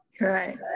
right